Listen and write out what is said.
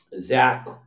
Zach